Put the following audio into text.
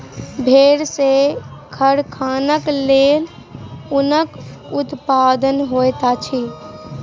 भेड़ सॅ कारखानाक लेल ऊनक उत्पादन होइत अछि